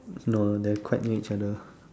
no they're quite near each other